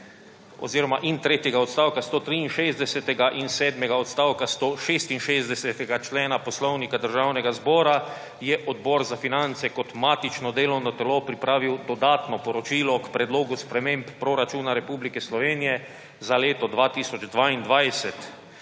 člena in tretjega odstavka 163. in sedmega odstavka 166. člena Poslovnika Državnega zbora je Odbor za finance kot matično delovno telo pripravil dodatno poročilo k Predlogu sprememb proračuna Republike Slovenije za leto 2022.